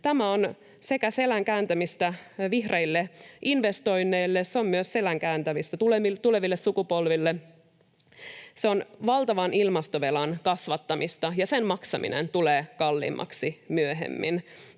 Tämä on sekä selän kääntämistä vihreille investoinneille että myös selän kääntämistä tuleville sukupolville. Se on valtavan ilmastovelan kasvattamista, ja sen maksaminen tulee kalliimmaksi myöhemmin.